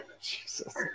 Jesus